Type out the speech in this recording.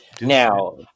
Now